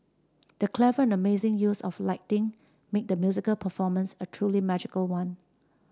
the clever and amazing use of lighting made the musical performance a truly magical one